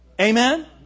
Amen